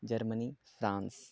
Germany France